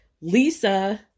Lisa